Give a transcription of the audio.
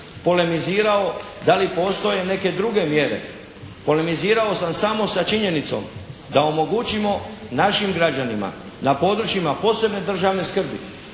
polemizirao da li postoje neke druge mjere. Polemizirao sam samo sa činjenicom da omogućimo našim građanima na područjima posebne državne skrbi,